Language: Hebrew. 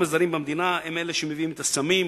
הזרים במדינה הם אלה שמביאים את הסמים,